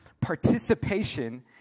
participation